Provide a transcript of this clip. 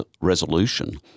resolution